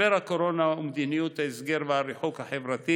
משבר הקורונה ומדיניות ההסגר והריחוק החברתי